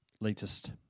latest